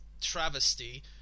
travesty